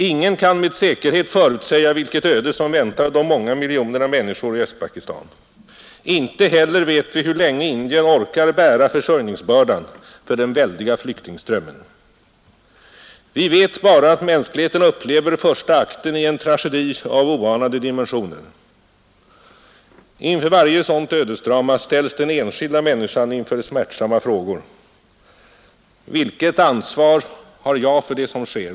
Ingen kan med säkerhet förutsäga vilket öde som väntar de många miljonerna människor i Östpakistan, Inte heller vet vi hur länge Indien orkar bära försörjningsbördan för den väldiga flyktingströmmen. Vi vet bara att mänskligheten upplever första akten i en tragedi av oanade dimensioner. Inför varje sådant ödesdrama ställs den enskilda människan inför smärtsamma frågor. Vilket ansvar har jag för det som sker?